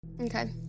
Okay